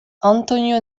antonio